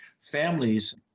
families